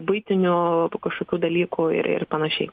buitinių kažkokių dalykų ir ir panašiai